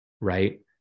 right